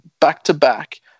back-to-back